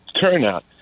turnout